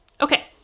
Okay